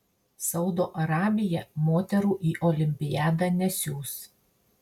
saudo arabija moterų į olimpiadą nesiųs